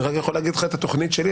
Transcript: אני רק יכול להגיד לך את התוכנית שלי.